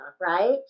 right